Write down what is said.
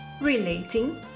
relating